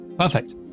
Perfect